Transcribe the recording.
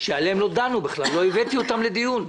שעליהן לא דנו בכלל, לא הבאתי אותן לדיון.